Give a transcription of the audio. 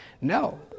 No